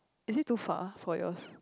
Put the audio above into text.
is it too far for yours